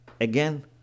Again